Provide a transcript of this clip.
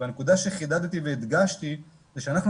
הנקודה שאני חידדתי והדגשתי זה שאנחנו